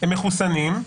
שהם מחוסנים?